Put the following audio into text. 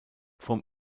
vom